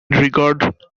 regard